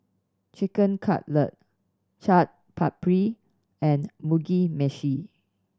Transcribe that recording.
Chicken Cutlet Chaat Papri and Mugi Meshi